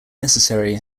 necessary